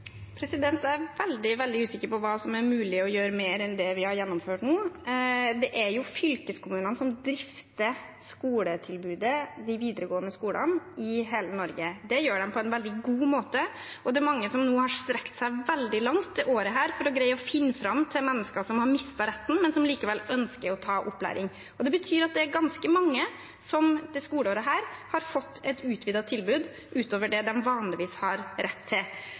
Jeg er veldig, veldig usikker på hva mer enn det vi har gjennomført nå, som er mulig å gjøre. Det er jo fylkeskommunene som drifter skoletilbudet, de videregående skolene, i hele Norge. Det gjør de på en veldig god måte, og det er mange som dette året har strekt seg veldig langt for å greie å finne fram til mennesker som har mistet retten, men som likevel ønsker å ta opplæring. Det betyr at det er ganske mange som dette skoleåret har fått et utvidet tilbud, et tilbud utover det de vanligvis har rett til.